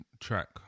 track